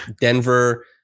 denver